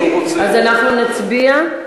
אז אנחנו נצביע.